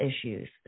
issues